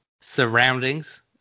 surroundings